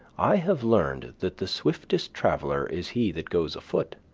i have learned that the swiftest traveller is he that goes afoot.